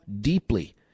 deeply